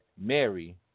Mary